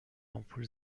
آمپول